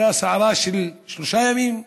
הייתה סערה של שלושה ימים.